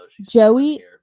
Joey